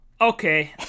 okay